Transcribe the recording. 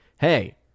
hey